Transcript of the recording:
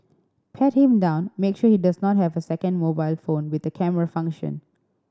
pat him down make sure he does not have a second mobile phone with a camera function